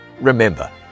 remember